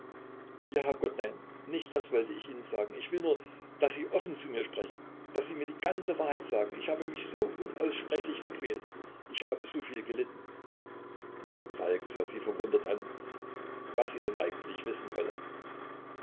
ja herr gott nein nicht das wollte ich ihnen sagen ich will nur daß sie offen zu mir sprechen daß sie mir die ganze wahrheit sagen ich habe mich so unaussprechlich gequält ich habe so viel gelitten falk sah sie verwundert an was sie denn eigentlich wissen wolle